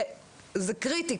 זה קריטי,